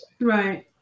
right